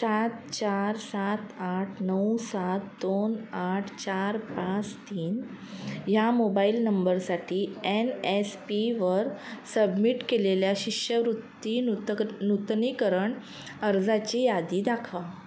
सात चार सात आठ नऊ सात दोन आठ चार पाच तीन ह्या मोबाईल नंबरसाठी एन एस पीवर सबमिट केलेल्या शिष्यवृत्ती नूतक नूतनीकरण अर्जाची यादी दाखवा